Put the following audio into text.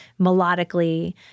melodically